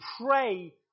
pray